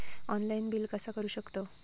Online bill कसा करु शकतव?